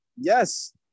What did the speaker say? Yes